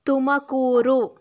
Tumakuru